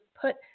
put